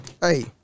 Hey